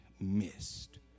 missed